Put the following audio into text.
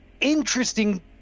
interesting